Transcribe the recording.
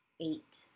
eight